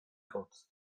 kot